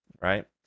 right